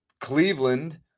Cleveland